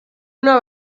una